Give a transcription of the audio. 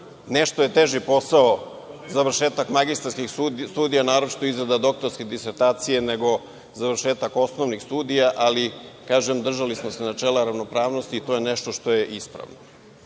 nešto je teži posao završetak magistarskih studija, naročito izrada doktorske disertacije, nego završetak osnovnih studija, ali kažem, držali smo se načela ravnopravnosti i to je nešto što je ispravno. Nisu